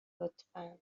لطفا